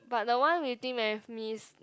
but the one with